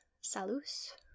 Salus